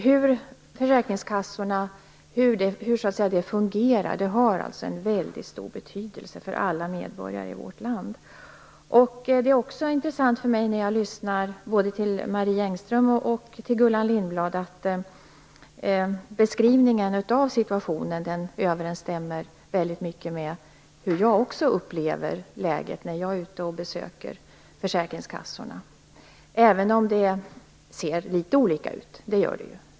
Hur det fungerar har en mycket stor betydelse för alla medborgare i vårt land. När jag lyssnar till både Marie Engström och Gullan Lindblad är det intressant för mig att höra att beskrivningen av situationen överensstämmer väldigt bra med hur jag också upplever läget när jag är ute och besöker försäkringskassorna, även om det ser litet olika ut.